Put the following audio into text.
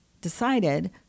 decided